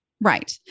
Right